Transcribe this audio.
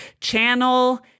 channel